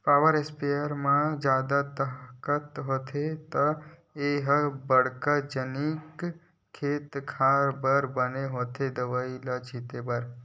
power sprayer म जादा ताकत होथे त ए ह बड़का जनिक खेते खार बर बने होथे दवई ल छिते बर